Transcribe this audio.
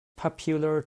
popular